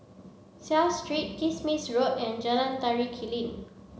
Seah Street Kismis Road and Jalan Tari Clean